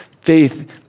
Faith